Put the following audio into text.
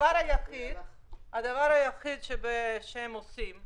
והדבר היחיד שהם עושים,